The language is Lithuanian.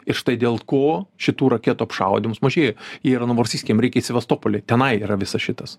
ir štai dėl ko šitų raketų apšaudymas mažėja ir novorosijske jiem reikia į sevastopolį tenai yra visas šitas